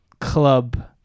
club